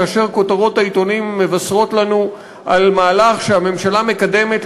כאשר כותרות העיתונים מבשרות לנו על מהלך שהממשלה מקדמת,